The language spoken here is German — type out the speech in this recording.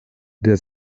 der